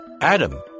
Adam